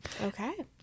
okay